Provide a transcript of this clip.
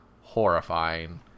horrifying